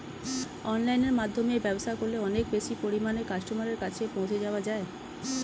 অনলাইনের মাধ্যমে ব্যবসা করলে অনেক বেশি পরিমাণে কাস্টমারের কাছে পৌঁছে যাওয়া যায়?